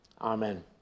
Amen